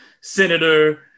Senator